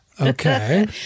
Okay